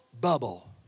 bubble